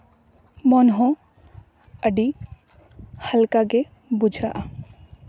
ᱢᱚᱱ ᱦᱚᱸ ᱟᱹᱰᱤ ᱦᱟᱞᱠᱟ ᱜᱮ ᱵᱩᱡᱷᱟᱹᱜᱼᱟ